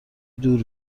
دور